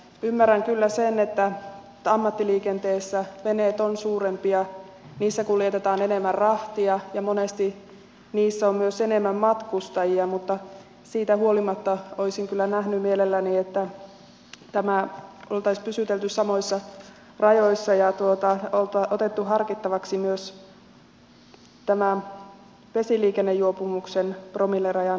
ymmärrän kyllä sen että ammattiliikenteessä veneet ovat suurempia niissä kuljetetaan enemmän rahtia ja monesti niissä on myös enemmän matkustajia mutta siitä huolimatta olisin kyllä nähnyt mielelläni että tässä olisi pysytelty samoissa rajoissa ja otettu harkittavaksi myös tämä vesiliikennejuopumuksen promillerajan laskeminen